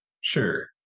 Sure